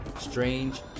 strange